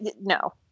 no